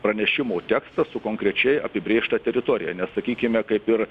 pranešimo tekstą su konkrečiai apibrėžta teritorija nes sakykime kaip ir